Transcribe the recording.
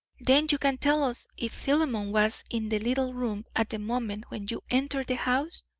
then you can tell us if philemon was in the little room at the moment when you entered the house?